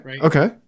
okay